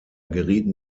gerieten